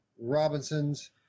Robinson's